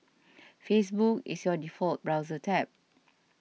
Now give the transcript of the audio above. Facebook is your default browser tab